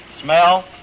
smell